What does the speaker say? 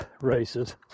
races